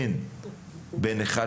אין השוואה